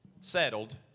settled